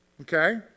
Okay